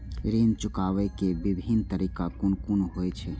ऋण चुकाबे के विभिन्न तरीका कुन कुन होय छे?